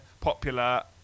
popular